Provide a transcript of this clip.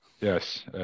Yes